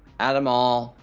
add them all.